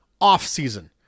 offseason